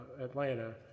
atlanta